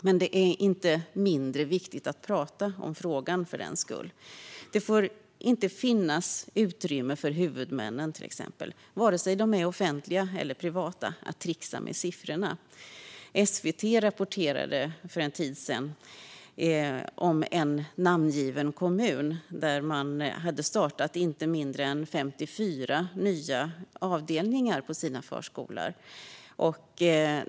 Men det är därmed inte mindre viktigt att prata om frågan. Det får, till exempel, inte finnas utrymme för huvudmännen, vare sig de är offentliga eller privata, att trixa med siffrorna. SVT rapporterade för en tid sedan om en namngiven kommun där man hade startat inte mindre än 54 nya avdelningar på sina förskolor.